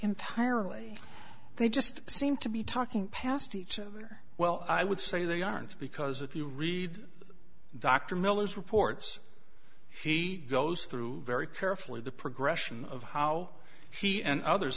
entirely they just seem to be talking past each other well i would say they aren't because if you read dr miller's reports he goes through very carefully the progression of how he and others